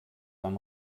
beim